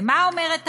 ומה אומרת האמנה?